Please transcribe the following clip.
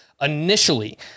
initially